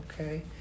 okay